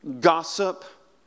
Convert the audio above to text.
gossip